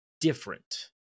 different